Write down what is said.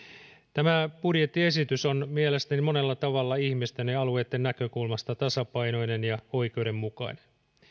tämä budjettiesitys on mielestäni monella tavalla ihmisten ja alueitten näkökulmasta tasapainoinen ja oikeudenmukainen